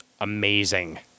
amazing